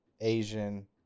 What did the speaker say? Asian